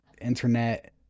Internet